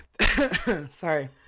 Sorry